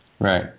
Right